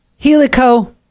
helico